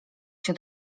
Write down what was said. się